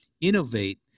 innovate